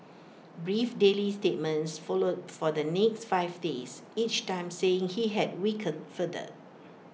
brief daily statements followed for the next five days each time saying he had weakened further